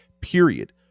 Period